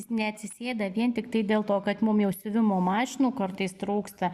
neatsisėda vien tiktai dėl to kad mum jau siuvimo mašinų kartais trūksta